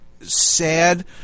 sad